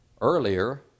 earlier